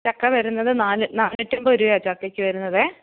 ചക്ക വരുന്നത് നാനൂറ്റൻപത് രൂപയാണ് ചക്കയ്ക്ക് വരുന്നതെ